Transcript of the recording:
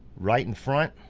right in front.